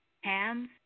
Hands